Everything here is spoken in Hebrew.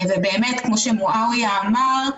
ובאמת כמו שמועאוויה אמר,